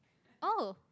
!oh!